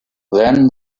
then